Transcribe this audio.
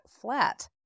flat